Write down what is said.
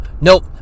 Nope